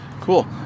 cool